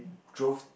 drove